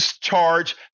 charge